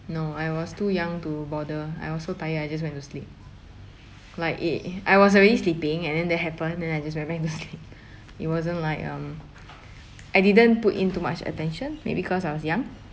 no I was too young to bother I was so tired I just went to sleep like it I was already sleeping and then that happened then I just went back to sleep it wasn't like um I didn't put in too much attention maybe cause I was young